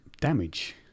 damage